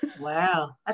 Wow